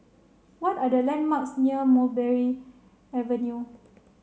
what are the landmarks near Mulberry Avenue